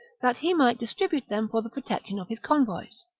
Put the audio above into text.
that he might distribute them for the protection of his convoys.